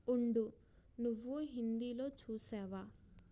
ఉండు నువ్వు హిందీలో చూసావా